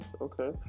Okay